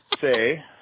say